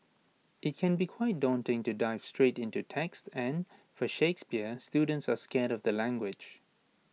IT can be quite daunting to dive straight into text and for Shakespeare students are scared of the language